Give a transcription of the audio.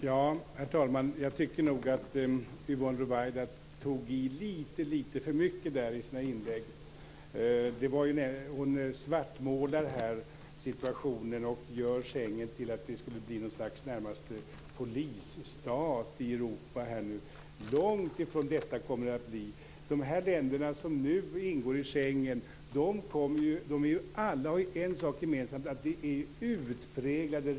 Herr talman! Det låter fint med den fria rörligheten. Men Schengensamarbetet, Amsterdamfördraget och Dublinkonventionen är mer än så. Det vet också Danmark har rätt att avstå från det överstatliga samarbetet vad rör Schengenavtalet därför att man är emot överstatlighet.